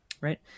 right